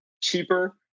cheaper